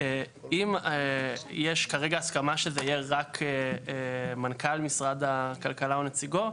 אם יש כרגע הסכמה שזה יהיה רק מנכ"ל משרד הכלכלה או נציגו,